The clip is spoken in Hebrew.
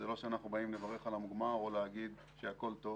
זה לא שאנחנו באים לברך על המוגמר או להגיד שהכול טוב.